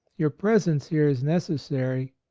your presence here is necessary,